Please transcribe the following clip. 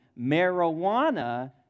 marijuana